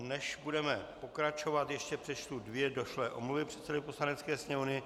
Než budeme pokračovat, ještě přečtu dvě došlé omluvy předsedovi Poslanecké sněmovny.